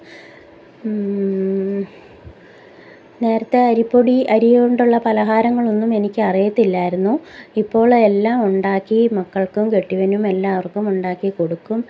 നേരത്തെ അരിപ്പൊടി അരി കൊണ്ടുള്ള പലഹാരങ്ങളൊന്നും എനിക്ക് അറിയത്തില്ലായിരുന്നു ഇപ്പോൾ എല്ലാം ഉണ്ടാക്കി മക്കൾക്കും കെട്ടിയവനും എല്ലാവർക്കും ഉണ്ടാക്കി കൊടുക്കും